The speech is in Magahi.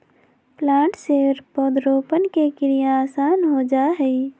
प्लांटर से पौधरोपण के क्रिया आसान हो जा हई